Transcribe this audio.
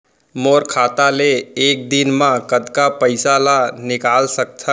मोर खाता ले एक दिन म कतका पइसा ल निकल सकथन?